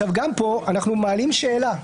גם פה אנחנו מעלים שאלה: